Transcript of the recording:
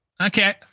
Okay